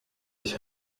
ich